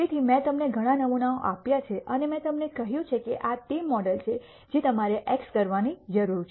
તેથી મેં તમને ઘણા નમૂનાઓ આપ્યા છે અને મેં તમને કહ્યું છે કે આ તે મોડેલ છે જે તમારે x કરવાની જરૂર છે